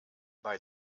bei